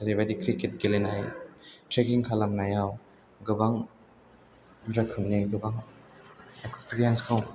जेरैबायदि क्रिकेट गेलेनाय ट्रेकिं खालामनायाव गोबां रोखोमनि गोबां इक्सपिरियेन्सखौ